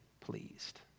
pleased